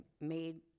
made